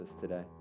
today